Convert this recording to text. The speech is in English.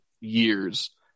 years